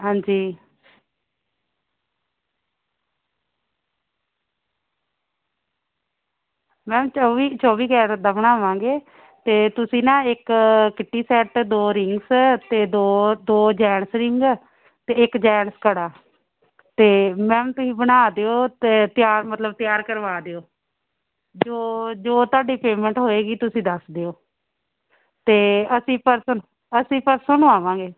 ਹਾਂਜੀ ਮੈਮ ਚੌਵੀ ਚੋਵੀ ਕੈਰੇਟ ਦਾ ਬਣਾਵਾਂਗੇ ਅਤੇ ਤੁਸੀਂ ਨਾ ਇੱਕ ਕਿੱਟੀ ਸੈੱਟ ਦੋ ਰਿੰਗਸ ਅਤੇ ਦੋ ਦੋ ਜੈਂਟਸ ਰਿੰਗ ਅਤੇ ਇੱਕ ਜੈਂਟਸ ਕੜਾ ਅਤੇ ਮੈਮ ਤੁਸੀਂ ਬਣਾ ਦਿਓ ਅਤੇ ਤਿਆਰ ਮਤਲਬ ਤਿਆਰ ਕਰਵਾ ਦਿਓ ਜੋ ਜੋ ਤੁਹਾਡੀ ਪੇਮੈਂਟ ਹੋਏਗੀ ਤੁਸੀਂ ਦੱਸ ਦਿਓ ਅਤੇ ਅਸੀਂ ਪਰਸੋਂ ਅਸੀਂ ਪਰਸੋਂ ਨੂੰ ਆਵਾਂਗੇ